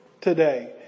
today